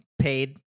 Paid